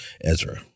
ezra